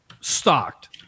stocked